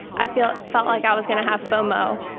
i felt felt like i was gonna have fomo,